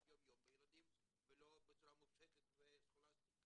יום יום עם ילדים ולא בצורה מופשטת וסכולסטית,